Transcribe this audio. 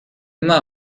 immer